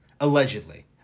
Allegedly